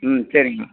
ம் சரிங்கம்மா